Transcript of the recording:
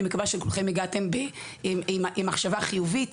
ומקווה שכולכם הגעתם עם מחשבה חיובית,